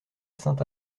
sainte